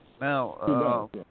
Now